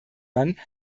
man